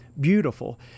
beautiful